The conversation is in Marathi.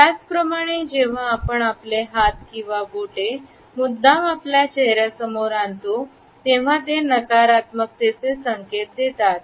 त्याचप्रमाणे जेव्हा आपण आपले हात किंवा बोटे मुद्दाम आपल्या चेहरा समोर आणतो तेव्हा दे नकारात्मकतेचे संकेत देतात